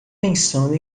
pensando